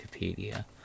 Wikipedia